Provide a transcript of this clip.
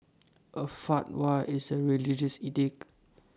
A fatwa is A religious edict